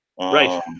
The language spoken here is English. Right